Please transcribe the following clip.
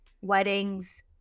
weddings